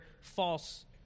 false